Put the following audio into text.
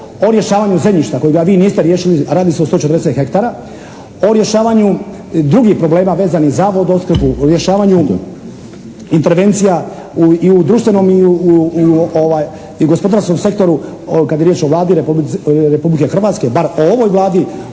o rješavanju zemljišta kojega vi niste riješili, a radi se o 140 hektara. O rješavanju drugih problema vezanih za vodoopskrbu, u rješavanju intervencija i u društvenom i u gospodarskom sektoru kada je riječ o Vladi Republike Hrvatske, bar o ovoj Vladi